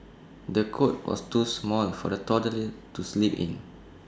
the cot was too small for the toddler to sleep in